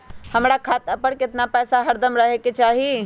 हमरा खाता पर केतना पैसा हरदम रहे के चाहि?